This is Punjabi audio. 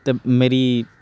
ਅਤੇ ਮੇਰੀ